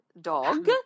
dog